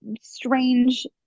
strange